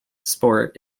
sport